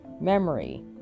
Memory